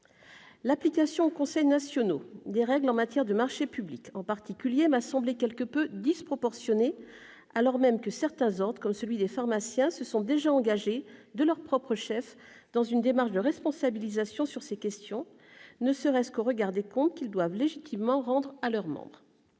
L'application aux conseils nationaux des règles en matière de marchés publics, en particulier, m'a semblé quelque peu disproportionnée alors même que certains ordres, comme celui des pharmaciens, se sont déjà engagés de leur propre chef dans une démarche de responsabilisation sur ces questions, ne serait-ce qu'au regard des comptes qu'ils doivent légitimement rendre à leurs membres.